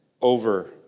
over